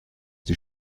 die